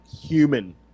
human